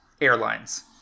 airlines